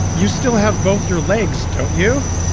you still have both your legs, don't you?